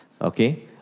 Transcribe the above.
Okay